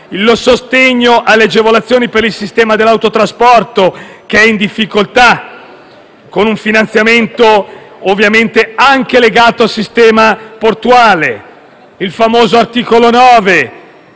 il sostegno alle agevolazioni per il sistema dell'autotrasporto, che è in difficoltà, con un finanziamento legato anche al sistema portuale. Vi è il famoso articolo 9,